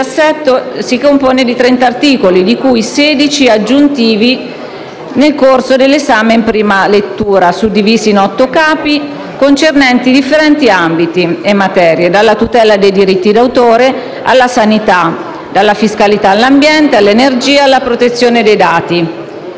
2017 si compone di 30 articoli, di cui 16 aggiunti nel corso dell'esame in prima lettura, suddivisi in 8 Capi, concernenti differenti ambiti e materie, dalla tutela dei diritti d'autore alla sanità, dalla fiscalità all'ambiente, all'energia e alla protezione dei dati.